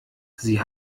sie